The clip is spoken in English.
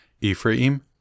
Ephraim